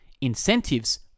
incentives